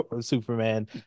Superman